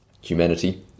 humanity